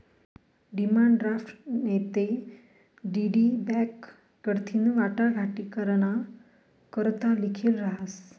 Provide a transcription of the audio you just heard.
demand draft नैते DD bank कडथीन वाटाघाटी कराना करता लिखेल रहास